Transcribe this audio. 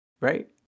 Right